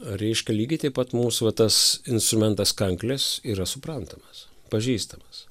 reiškia lygiai taip pat mūsų va tas instrumentas kanklės yra suprantamas pažįstamas